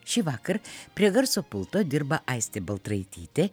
šįvakar prie garso pulto dirba aistė baltraitytė